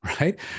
right